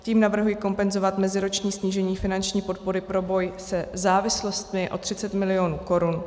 Tím navrhuji kompenzovat meziroční snížení finanční podpory pro boj se závislostmi o 30 mil. korun.